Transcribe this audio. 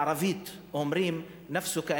בערבית אומרים: נַפְסֻכַּ,